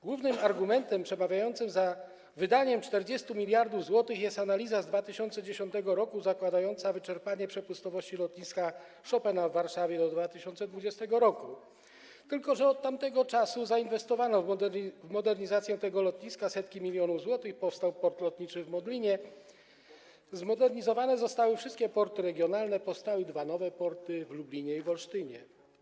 Głównym argumentem przemawiającym za wydaniem 40 mld zł jest analiza z 2010 r. zakładająca wyczerpanie przepustowości Lotniska Chopina w Warszawie do 2020 r., tylko że od tamtego czasu zainwestowano w modernizację tego lotniska setki milionów złotych, powstał port lotniczy w Modlinie, zostały zmodernizowane wszystkie porty regionalne, powstały dwa nowe porty w Lublinie i w Olsztynie.